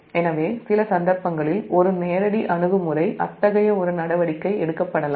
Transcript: எனவே சில சந்தர்ப்பங்களில் ஒரு நேரடி அணுகுமுறை அத்தகைய ஒரு நடவடிக்கை எடுக்கப்படலாம்